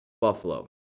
Buffalo